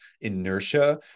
inertia